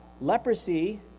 leprosy